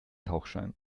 tauchschein